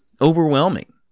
overwhelming